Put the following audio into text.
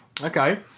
Okay